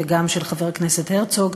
וגם של חבר הכנסת הרצוג,